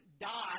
die